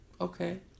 Okay